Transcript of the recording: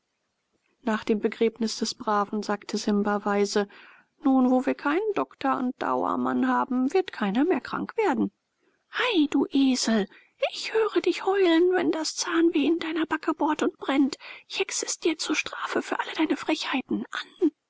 nach dem begräbnis des braven sagte simba weise nun wo wir keinen doktor und dauamann haben wird keiner mehr krank werden ei du esel ich hör dich heulen wenn das zahnweh in deiner backe bohrt und brennt ich hexe es dir zur strafe für alle deine frechheiten an